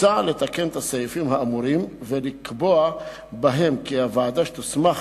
מוצע לתקן את הסעיפים האמורים ולקבוע בהם כי הוועדה שתוסמך